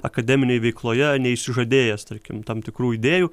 akademinėj veikloje neišsižadėjęs tarkim tam tikrų idėjų